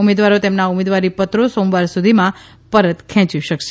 ઉમેદવારો તેમના ઉમેદવારીપત્રો સોમવાર સુધીમાં પરત ખેંચી શકશે